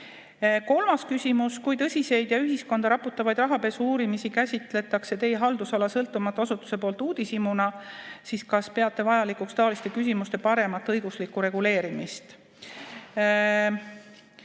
Kolmas küsimus: "Kui tõsiseid ja ühiskonda raputavaid rahapesu uurimisi käsitletakse Teie haldusala sõltumatu asutuse poolt uudishimuna, siis kas peate vajalikuks taoliste küsimuste paremat õiguslikku reguleerimist?"